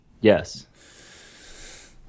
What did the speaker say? Yes